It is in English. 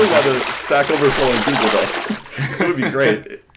a lot of stack overflow on google though. it would be great.